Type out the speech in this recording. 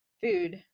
food